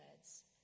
words